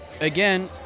again